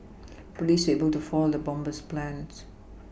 police were able to foil the bomber's plans